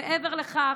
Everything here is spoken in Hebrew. מעבר לכך,